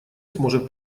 сможет